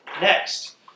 Next